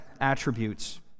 attributes